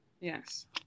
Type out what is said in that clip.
Yes